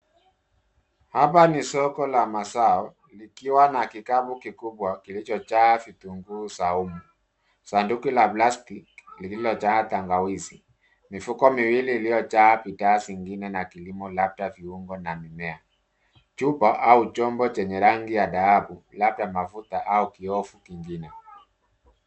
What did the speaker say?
Hapa ni soko la mazao likiwa na kikapu kikubwa kilicho jaa vitunguu saumu, sanduku la plastiki lililojaa tangawizi, mifuko miwili iliyo jaa bidhaa zingine za kilimo labda viungo na mimea. Chupa au chombo chenye rangi ya dhahabu labda mafuta au kiyoevu kingine.